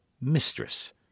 mistress